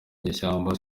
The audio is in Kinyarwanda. inyeshyamba